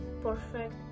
perfect